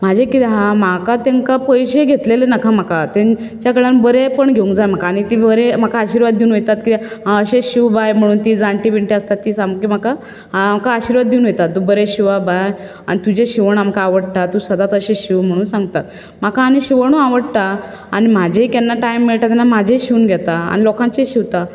म्हजें कितें आसा म्हाका तुमका पयशें घेतिल्ले नाका म्हाका तांचे कडल्यान बरेपण घेवंक जाय म्हाका आनी ती बरी म्हाका आर्शिवाद दिवन वयतात की आ अशेंत शिंव बाय ती जाण्टी बिणटी आसता ती सामकी म्हाका आर्शिवाद दिवन वयतात आ तूं बरें शिंव आ बाय आनी तुजेच शिवण आमकां आवडटा तूं सदांच अशें शिंव म्हणून सांगतात आनी म्हजे केन्ना टायम मेळटा तेन्ना म्हाजेय शिवून घेता आनी लोकांचेय शिवतां